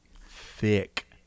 thick